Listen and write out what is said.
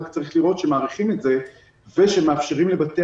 רק צריך לראות שמאריכים את זה ושמאפשרים לבתי